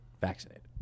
vaccinated